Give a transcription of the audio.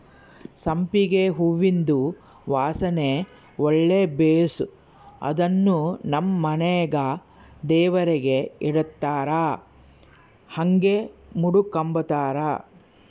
ಸಂಪಿಗೆ ಹೂವಿಂದು ವಾಸನೆ ಒಳ್ಳೆ ಬೇಸು ಅದುನ್ನು ನಮ್ ಮನೆಗ ದೇವರಿಗೆ ಇಡತ್ತಾರ ಹಂಗೆ ಮುಡುಕಂಬತಾರ